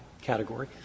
category